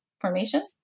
formation